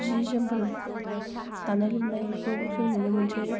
जि जोमफोर दानाय लुनायखौ जों नुनो मोनसै